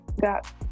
got